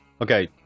okay